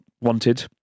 wanted